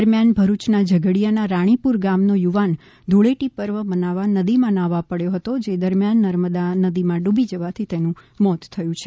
દરમ્યાન ભરૂચના ઝઘડિયાના રાણીપુર ગામનો યુવાન ધૂળેટી પર્વ મનાવવા નદીમાં ન્હાવા પડ્યો હતો જે દરમ્યાન નર્મદા નદીમાં ડૂબી જવાથી મોત થયું છે